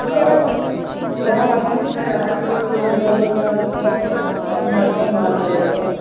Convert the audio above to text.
हँ सब मछरी छै अहाँ जे खोजबै गड़ैय आर सब हय बामी आर सब माँछ छै एत्तऽ